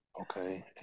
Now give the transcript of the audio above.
Okay